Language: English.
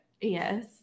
yes